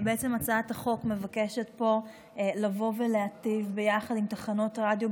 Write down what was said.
בעצם הצעת החוק מבקשת לבוא ולהיטיב עם תחנות הרדיו,